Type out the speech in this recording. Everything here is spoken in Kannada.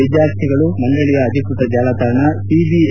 ವಿದ್ಯಾರ್ಥಿಗಳು ಮಂಡಳಿಯ ಅಧಿಕೃತ ಜಾಲತಾಣ ಛಿಭಜ